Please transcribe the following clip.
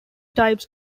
types